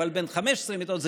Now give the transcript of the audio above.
אבל בין 15 מיטות,